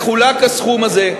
יחולק הסכום הזה.